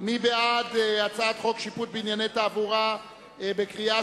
מי בעד הצעת חוק שיפוט בענייני תעבורה (תשריר,